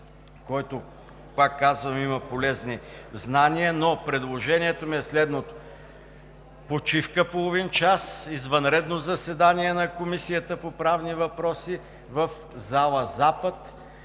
който има полезни знания. Предложението ми е следното, почивка половин час, извънредно заседание на Комисията по правни въпроси в зала „Запад“